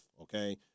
okay